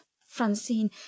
Francine